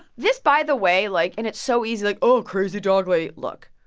this, by the way, like and it's so easy, like, oh, crazy dog lady. look.